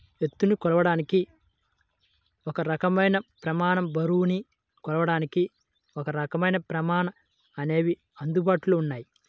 ఎత్తుని కొలవడానికి ఒక రకమైన ప్రమాణం, బరువుని కొలవడానికి ఒకరకమైన ప్రమాణం అనేవి అందుబాటులో ఉన్నాయి